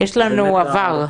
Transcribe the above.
תודה.